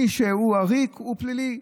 מי שהוא עריק הוא פלילי,